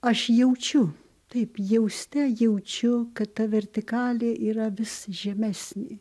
aš jaučiu taip jauste jaučiu kad ta vertikalė yra vis žemesnė